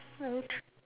so true